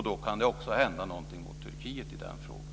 Då kan det också hända något i frågan om Turkiet.